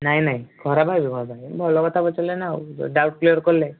ନାହିଁ ନାହିଁ ଖରାପ ଭାବିବି କ'ଣ ପାଇଁ ଭଲ କଥା ପଚାରିଲେ ନା ଆଉ ଡାଉଟ କ୍ଲିୟର କଲେ